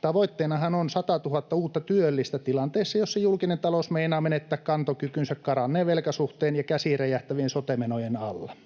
Tavoitteenahan on 100 000 uutta työllistä tilanteessa, jossa julkinen talous meinaa menettää kantokykynsä karanneen velkasuhteen ja käsiin räjähtävien sote-menojen alla.